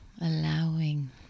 allowing